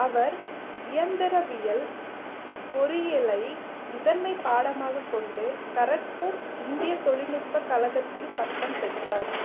அவர் இயந்திரவியல் பொறியியலை முதன்மைப் பாடமாகக் கொண்டு கரக்பூர் இந்திய தொழில்நுட்பக் கலகத்தில் பட்டம் பெற்றார்